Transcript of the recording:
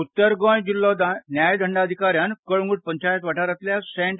उत्तर गोंय जिल्हा न्यायदंडाधिकाऱ्यान कळंग्ट पंचायत वाठारांतल्या सेंट